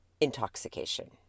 intoxication